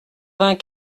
vingt